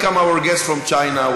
Welcome our guests from China,